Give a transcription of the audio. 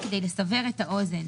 רק כדי לסבר את האוזן.